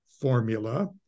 formula